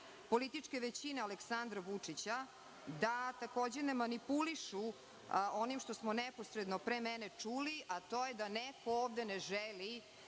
političke većine Aleksandra Vučića da, takođe ne manipulišu onim što smo neposredno pre mene čuli, a to je da neko ovde ne želi